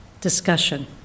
discussion